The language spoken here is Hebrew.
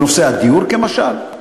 כמשל,